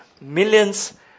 millions